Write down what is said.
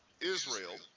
Israel